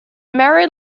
married